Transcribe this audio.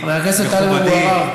מכובדי.